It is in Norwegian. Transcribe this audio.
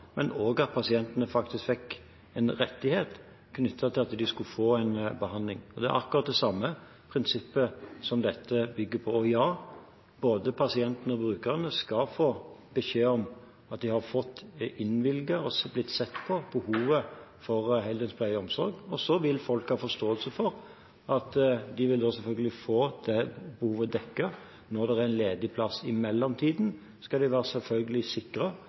men også at pasientene faktisk fikk en rettighet knyttet til at de skulle få en behandling. Det er akkurat det samme prinsippet som dette bygger på. Ja, både pasientene og brukerne skal få beskjed om at de har fått innvilget, eller at det er blitt sett på behovet for, heldøgns pleie og omsorg. Så vil folk ha forståelse for at de vil få det behovet dekket når det er en ledig plass. I mellomtiden skal de selvfølgelig være